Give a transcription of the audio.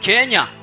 Kenya